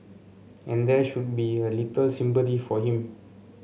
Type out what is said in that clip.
and there should be a little sympathy for him